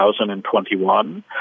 2021